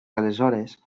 aleshores